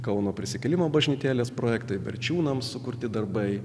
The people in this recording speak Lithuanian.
kauno prisikėlimo bažnytėlės projekto berčiūnams sukurti darbai